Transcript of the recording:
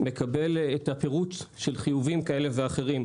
את הפירוט של חיובים כאלה ואחרים,